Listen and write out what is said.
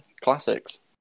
classics